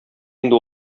инде